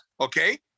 okay